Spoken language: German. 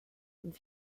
und